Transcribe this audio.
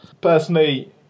personally